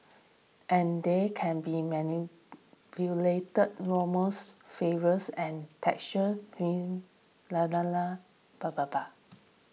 and they can be manipulate aromas flavours and textures